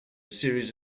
series